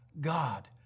God